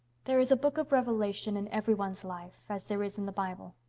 there is a book of revelation in every one's life, as there is in the bible.